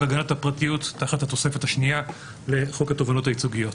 הגנת הפרטיות תחת התוספת השנייה לחוק התובענות הייצוגיות.